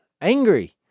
angry